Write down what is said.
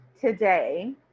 today